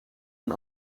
een